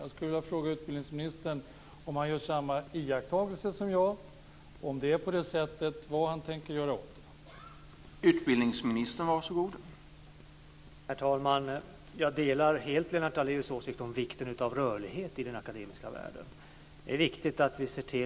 Jag skulle vilja fråga utbildningsministern om han gör samma iakttagelse som jag, om det är på det sättet, och vad han tänker göra åt det.